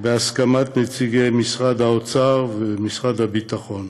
בהסכמת נציגי משרד האוצר ומשרד הביטחון.